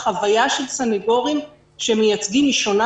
החוויה של סנגורים שמייצגים היא שונה